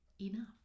enough